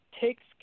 takes